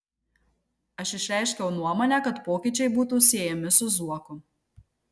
aš išreiškiau nuomonę kad pokyčiai būtų siejami su zuoku